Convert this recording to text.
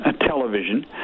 television